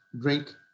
drink